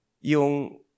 yung